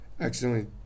accidentally